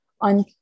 on